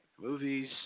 Movies